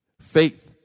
Faith